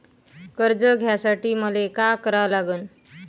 कर्ज घ्यासाठी मले का करा लागन?